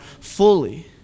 fully